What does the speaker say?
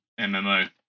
MMO